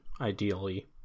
ideally